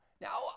now